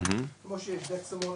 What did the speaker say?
כמו שיש אקמול,